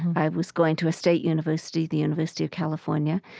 i was going to a state university, the university of california.